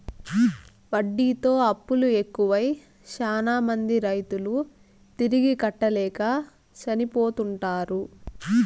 వడ్డీతో అప్పులు ఎక్కువై శ్యానా మంది రైతులు తిరిగి కట్టలేక చనిపోతుంటారు